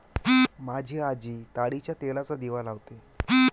माझी आजी ताडीच्या तेलाचा दिवा लावते